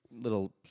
little